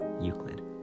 euclid